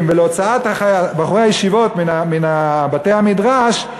ולהוצאת בחורי הישיבות מבתי-המדרש,